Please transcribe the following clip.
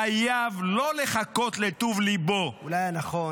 חייב לא לחכות לטוב ליבו --- אולי היה נכון